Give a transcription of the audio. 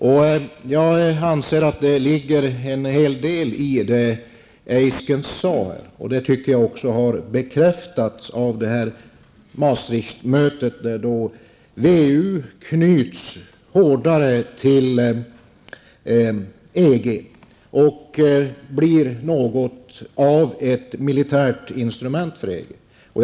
Jag anser att det ligger en hel del i det som Eyskens sade. Jag anser att detta också har bekräftats av Maastrichtmötet, där WEU knyts hårdare till EG och blir något av ett militärt instrument för EG.